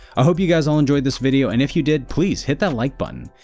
ah hope you guys all enjoyed this video and if you did please hit that like button.